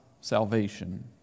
salvation